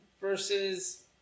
versus